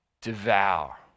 devour